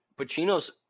Pacino's